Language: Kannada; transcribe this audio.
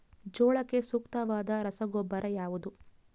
ಜೋಳಕ್ಕೆ ಸೂಕ್ತವಾದ ರಸಗೊಬ್ಬರ ಯಾವುದು?